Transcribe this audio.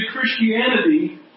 Christianity